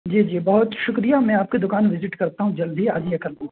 جی جی بہت شکریہ میں آپ کی دکان وزٹ کرتا ہوں جلد ہی آج یا کل میں